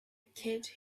kid